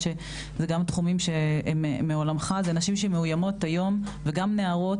שאלה גם תחומים שהם מעולמך זה נשים שמאוימות היום וגם נערות,